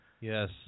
Yes